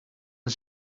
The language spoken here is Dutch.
een